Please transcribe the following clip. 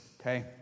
okay